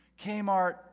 Kmart